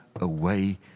away